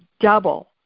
double